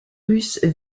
russes